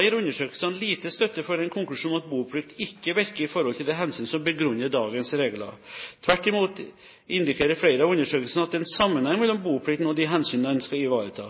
gir undersøkelsene lite støtte for en konklusjon om at boplikt ikke virker i forhold til de hensyn som begrunner dagens regler. Tvert imot indikerer flere av undersøkelsene at det er en sammenheng mellom boplikten og de hensyn den skal ivareta.